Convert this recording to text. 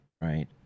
right